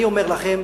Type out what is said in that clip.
אני אומר לכם: